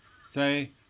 Say